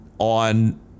on